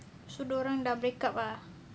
so dia orang dah break up lah